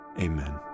Amen